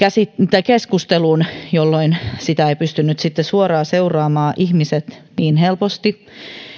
keskusteluun jolloin sitä eivät ihmiset pystyneet sitten suoraan seuraamaan niin helposti